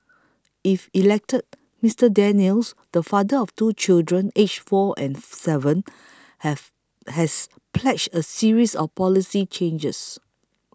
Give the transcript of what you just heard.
if elected Mister Daniels the father of two children aged four and seven have has pledged a series of policy changes